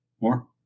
More